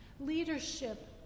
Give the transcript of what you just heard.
Leadership